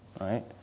right